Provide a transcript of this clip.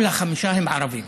כל החמישה הם ערבים.